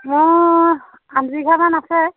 মোৰ আঠ বিঘামান আছে